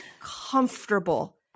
comfortable